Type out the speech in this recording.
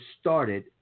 started